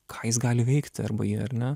ką jis gali veikti arba ji ar ne